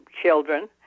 children